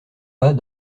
pas